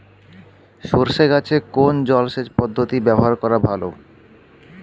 সরষে গাছে কোন জলসেচ পদ্ধতি ব্যবহার করা ভালো?